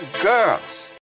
girls